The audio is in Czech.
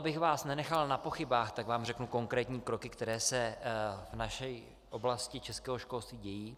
Abych vás nenechal na pochybách, tak vám řeknu konkrétní kroky, které se v naší oblasti českého školství dějí.